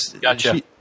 Gotcha